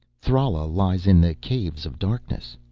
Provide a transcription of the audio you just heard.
thrala lies in the caves of darkness.